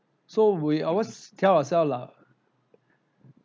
so we always tell ourselves lah